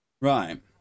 Right